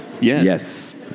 Yes